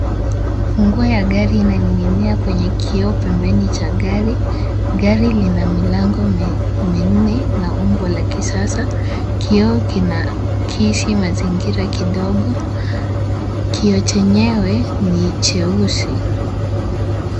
Funguo ya gari inaning'inia kwenye kioo, pembeni cha gari. Gari lina milango minne na umbo la kisasa. Kioo kina kisi mazingira kidogo. Kioo chenyewe ni cheusi.